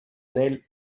nel